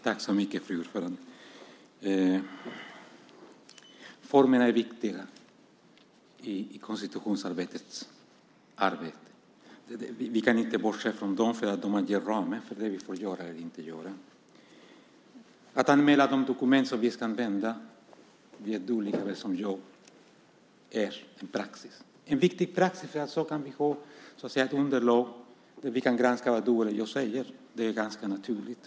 Fru talman! Formerna är viktiga i konstitutionsutskottets arbete. Vi kan inte bortse från dem eftersom de anger ramarna för det vi får göra eller inte göra. Du vet lika väl som jag att det är en praxis att anmäla de dokument som vi ska använda. Det är en viktig praxis för att vi ska ha ett underlag där vi kan granska vad du eller jag säger. Det är ganska naturligt.